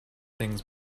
things